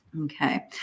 Okay